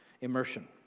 immersion